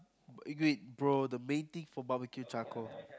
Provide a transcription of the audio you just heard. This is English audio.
eh wait bro the main thing for Barbecue charcoal